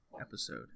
episode